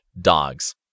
dogs